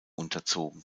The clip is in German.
unterzogen